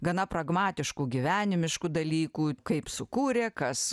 gana pragmatiškų gyvenimiškų dalykų kaip sukūrė kas